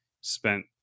spent